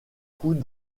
coups